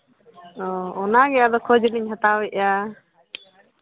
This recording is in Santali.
ᱚᱱᱟᱜᱮ ᱟᱫᱚ ᱠᱷᱚᱱ ᱞᱤᱧ ᱦᱟᱛᱟᱣᱮᱫᱼᱟ